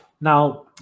now